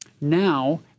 Now